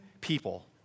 people